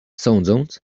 sądząc